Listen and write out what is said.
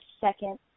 second